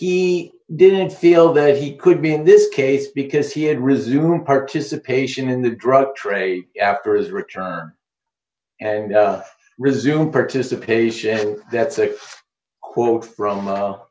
he didn't feel that he could be in this case because he had resumed participation in the drug trade after his return and resume participation that's a quote from